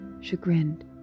chagrined